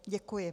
Děkuji.